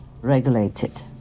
regulated